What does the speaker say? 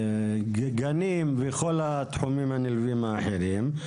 גנים, וכל התחומים הנלווים האחרים.